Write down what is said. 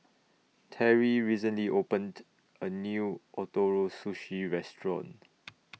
Terry recently opened A New Ootoro Sushi Restaurant